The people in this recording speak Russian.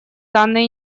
данной